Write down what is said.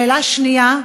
שאלה שנייה,